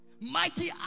Mighty